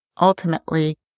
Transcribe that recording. ultimately